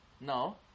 No